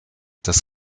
das